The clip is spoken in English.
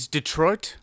Detroit